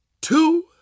two